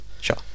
sure